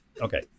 okay